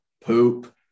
poop